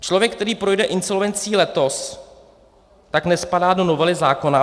Člověk, který projde insolvencí letos, nespadá do novely zákona.